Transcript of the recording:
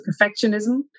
perfectionism